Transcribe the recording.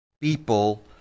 people